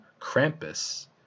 Krampus